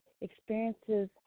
experiences